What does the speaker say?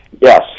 Yes